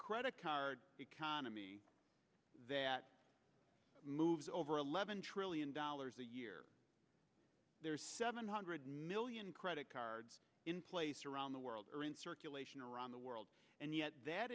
credit card economy that moves over eleven trillion dollars a year there's seven hundred million credit cards in place around the world are in circulation around the world and yet that